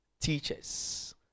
Teachers